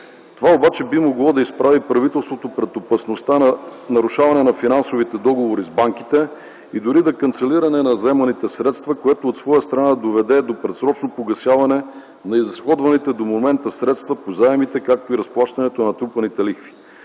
Това обаче би могло да изправи правителството пред опасността от нарушаване на финансовите договори с банките и дори до канцелиране на заемните средства, което от своя страна да доведе до предсрочно погасяване на изразходваните до момента средства по заемите, както и разплащането на натрупаните лихви.